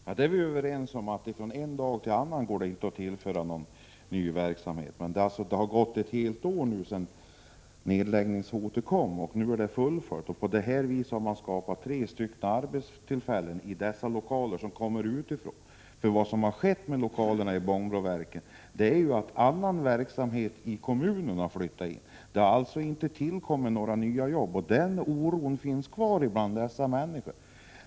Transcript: Herr talman! Vi är överens om att det inte går att från en dag till en annan tillföra någon ny verksamhet. Men det har nu gått ett helt år sedan nedläggningshotet kom och nu är nedläggningen fullföljd. Hittills har endast skapats tre nya arbetstillfällen i dessa lokaler. Vad som har skett med lokalerna i Bångbroverken är att annan verksamhet i kommunen har flyttat in. Det har alltså inte tillkommit några nya jobb. Oron finns kvar bland dessa människor.